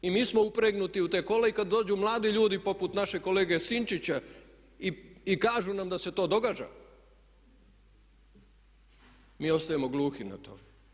I mi smo upregnuti u ta kola i kad dođu mladi ljudi poput našeg kolege Sinčića i kažu nam da se to događa mi ostajemo gluhi na to.